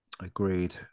Agreed